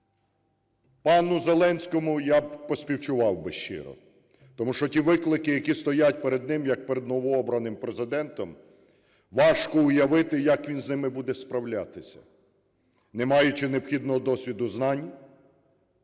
Пану Зеленському я поспівчував би щиро, тому що ті виклики, які стоять перед ним як перед новообраним Президентом, важко уявити, як він з ними буде справлятися, не маючи необхідного досвіду, знань,